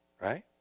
Right